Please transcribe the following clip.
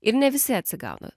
ir ne visi atsigauna